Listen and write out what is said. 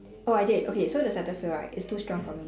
oh I did okay so cetaphil right is too strong for me